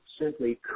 simply